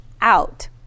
out